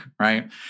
right